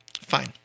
fine